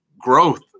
growth